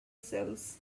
cells